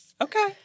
Okay